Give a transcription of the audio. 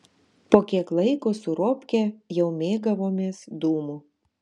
po kiek laiko su robke jau mėgavomės dūmu